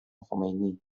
خمینی